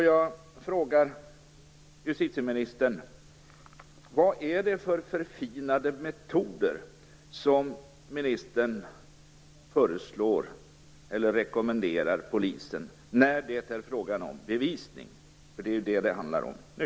Jag frågar justitieministern: Vad är det för förfinade metoder som ministern föreslår eller rekommenderar polisen när det är frågan om bevisning? Det är ju det som det handlar om nu.